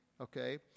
Okay